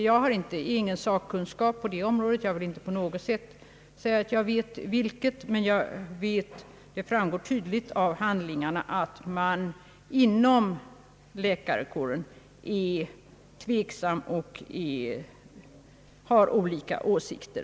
Jag har ingen sakkunskap på detta område, men det framgår tydligt av handlingarna att man inom läkarkåren är tveksam och har olika åsikter.